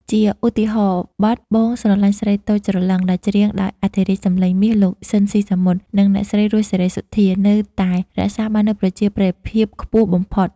ជាឧទាហរណ៍ បទ បងស្រលាញ់ស្រីតូចច្រឡឹង ដែលច្រៀងដោយអធិរាជសម្លេងមាស លោក ស៊ីន ស៊ីសាមុត និងអ្នកស្រី រស់ សេរីសុទ្ធា នៅតែរក្សាបាននូវប្រជាប្រិយភាពខ្ពស់បំផុត។